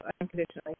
unconditionally